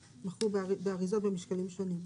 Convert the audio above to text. באריזה במשקלים שונים.